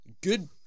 good